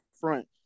front